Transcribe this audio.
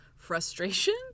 frustration